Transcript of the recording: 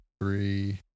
three